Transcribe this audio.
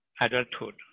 adulthood